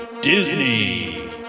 Disney